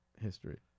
history